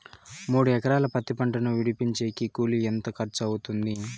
మూడు ఎకరాలు పత్తి పంటను విడిపించేకి కూలి ఎంత ఖర్చు అవుతుంది?